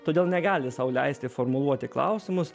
todėl negali sau leisti formuluoti klausimus